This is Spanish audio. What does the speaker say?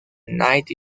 night